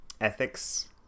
ethics